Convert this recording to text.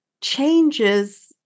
changes